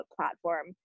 platform